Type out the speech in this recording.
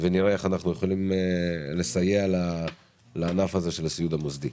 ונראה איך אנחנו יכולים לסייע לענף הסיעוד המוסדי.